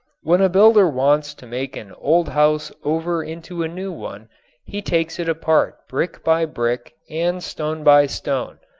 when a builder wants to make an old house over into a new one he takes it apart brick by brick and stone by stone,